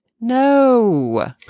No